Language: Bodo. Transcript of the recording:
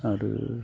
आरो